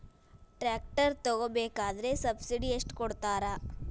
Tractor ತಗೋಬೇಕಾದ್ರೆ subsidy ಎಷ್ಟು ಕೊಡ್ತಾರ?